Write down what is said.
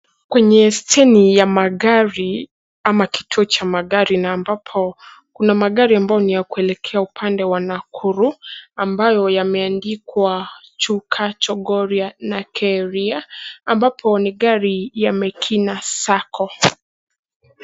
Kwenye steni ya magari ama kituo cha magari na ambapo kuna magari ambayo ni ya kuelekea upande wa Nakuru ambayo yameandikwa Chuka, Chogoria na Keria ambapo ni gari ya Mekina Sacco.